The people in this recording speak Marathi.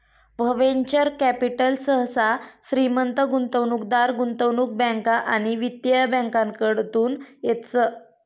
वव्हेंचर कॅपिटल सहसा श्रीमंत गुंतवणूकदार, गुंतवणूक बँका आणि वित्तीय बँकाकडतून येतस